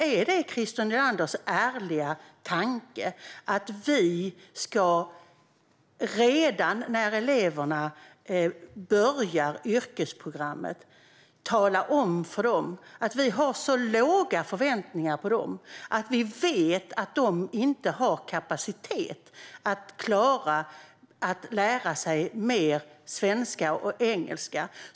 Är det Christer Nylanders ärliga tanke att vi redan när eleverna börjar på yrkesprogrammen ska tala om för dem att vi har så låga förväntningar på dem och att vi vet att de inte har kapacitet att lära sig mer svenska och engelska?